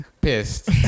pissed